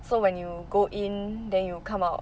so when you go in then you will come out